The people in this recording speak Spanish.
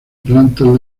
plantas